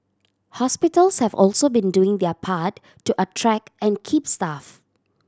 hospitals have also been doing their part to attract and keep staff